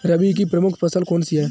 रबी की प्रमुख फसल कौन सी है?